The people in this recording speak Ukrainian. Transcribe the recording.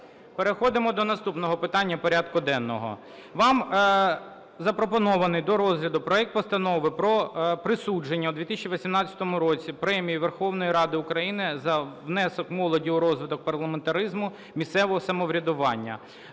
Переходимо до наступного питання порядку денного. Вам запропонований до розгляду проект Постанови про присудження у 2018 році Премії Верховної Ради України за внесок молоді у розвиток парламентаризму, місцевого самоврядування